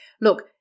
Look